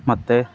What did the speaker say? ମୋତେ